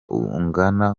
ungana